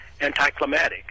anticlimactic